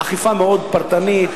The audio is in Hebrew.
אכיפה מאוד פרטנית,